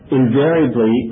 invariably